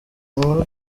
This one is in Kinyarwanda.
inkuru